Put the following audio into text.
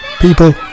People